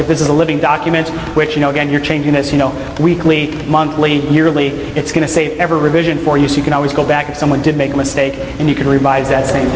if this is a living document which you know again you're changing this you know weekly monthly yearly it's going to say every revision for you so you can always go back and someone did make a mistake and you can revise that